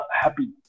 happy